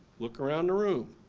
look around the room.